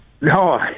No